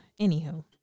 Anywho